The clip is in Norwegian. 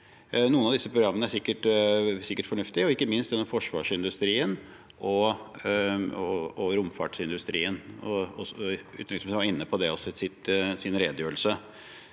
Noen av disse programmene er sikkert fornuftige, ikke minst gjennom forsvarsindustrien og romfartsindustrien.